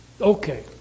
Okay